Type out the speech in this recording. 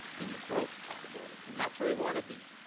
in the growth category and that's where you want to be.